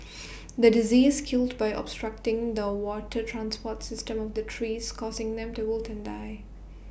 the disease killed by obstructing the water transport system of the trees causing them to wilt and die